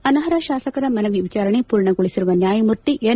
ಅನರ್ಹ ಶಾಸಕರ ಮನವಿ ವಿಚಾರಣೆ ಪೂರ್ಣಗೊಳಬರುವ ನ್ನಾಯಮೂರ್ತಿ ಎನ್